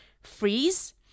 Freeze